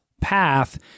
path